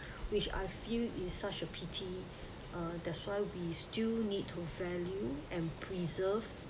which I feel is such a pity uh that's why we still need to value and preserve